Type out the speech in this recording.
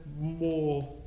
more